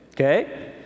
okay